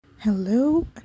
hello